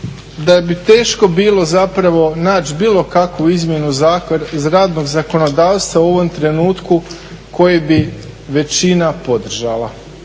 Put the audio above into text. da bi teško bilo zapravo naći bilo kakvu izmjenu radnog zakonodavstva u ovom trenutku koji bi većina podržala